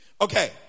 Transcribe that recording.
Okay